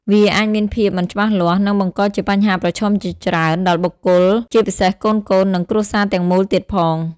វាអាចមានភាពមិនច្បាស់លាស់ និងបង្កជាបញ្ហាប្រឈមជាច្រើនដល់បុគ្គល ជាពិសេសកូនៗ និងគ្រួសារទាំងមូលទៀតផង។